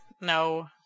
No